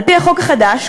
על-פי החוק החדש,